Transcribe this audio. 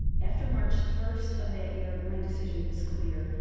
after march first of that year, my decision was clear.